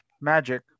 magic